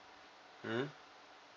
mm